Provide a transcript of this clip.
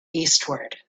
eastward